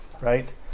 right